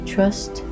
Trust